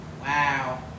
Wow